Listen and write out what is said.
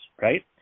right